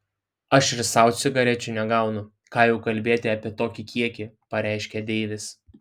aš ir sau cigarečių negaunu ką jau kalbėti apie tokį kiekį pareiškė deivis